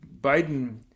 Biden